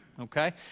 okay